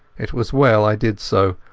it was well i did so,